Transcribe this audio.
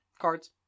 Cards